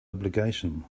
obligation